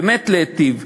באמת להיטיב.